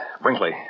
Brinkley